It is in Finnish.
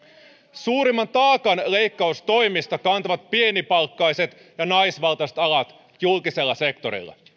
suurimman taakan leikkaustoimista kantavat pienipalkkaiset ja naisvaltaiset alat julkisella sektorilla